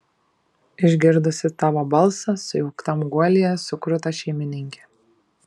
išgirdusi tavo balsą sujauktam guolyje sukruta šeimininkė